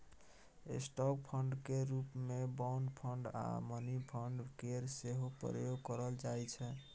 stock fund केर रूप मे बॉन्ड फंड आ मनी फंड केर सेहो प्रयोग करल जाइ छै